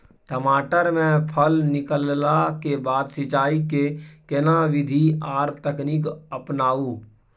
टमाटर में फल निकलला के बाद सिंचाई के केना विधी आर तकनीक अपनाऊ?